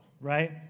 right